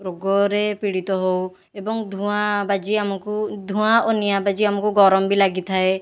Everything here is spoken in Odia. ରୋଗରେ ପୀଡ଼ିତ ହେଉ ଏବଂ ଧୂଆଁ ବାଜି ଆମକୁ ଧୂଆଁ ଓ ନିଆଁ ବାଜି ଆମକୁ ଗରମ ବି ଲାଗିଥାଏ